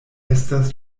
estas